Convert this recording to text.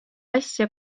asja